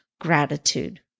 gratitude